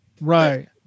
Right